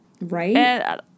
right